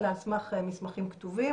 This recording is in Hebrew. אלא על סמך מסמכים כתובים,